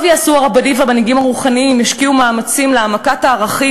טוב יעשו הרבנים והמנהיגים הרוחניים אם ישקיעו מאמצים בהעמקת הערכים,